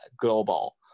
global